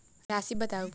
राशि बताउ